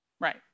Right